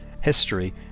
history